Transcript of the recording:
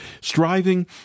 striving